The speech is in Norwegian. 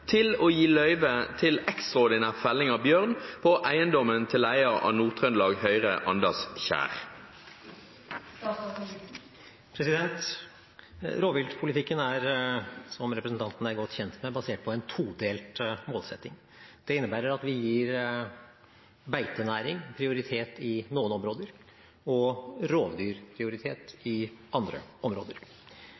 til å gje løyve til ekstraordinær felling av bjørn på eigedommen til leiaren av Nord-Trøndelag Høgre, Anders Kiær?» Rovviltpolitikken er, som representanten er godt kjent med, basert på en todelt målsetting. Det innebærer at vi gir beitenæring prioritet i noen områder og